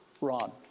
Ron